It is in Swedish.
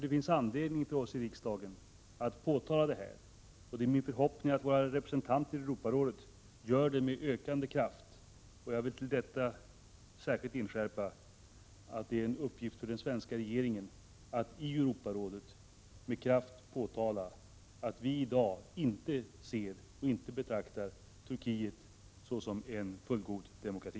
Det finns anledning för oss i riksdagen att påtala detta, och det är min förhoppning att våra representanter i Europarådet gör det med ökande kraft. Jag vill därtill särskilt inskärpa att det är en uppgift för den svenska regeringen att i Europarådet med kraft framhålla att vi i dag inte betraktar Turkiet såsom en fullgod demokrati.